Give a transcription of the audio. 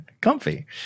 comfy